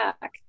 back